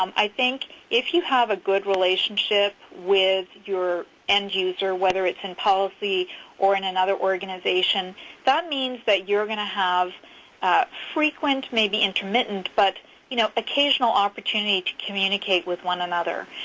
um i think if you have a good relationship with your end user, whether it's in policy or in another organization that means that you're going to have frequent, maybe intermittent, but you know occasional opportunity to communicate with one another.